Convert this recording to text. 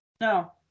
No